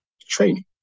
training